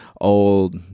old